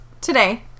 Today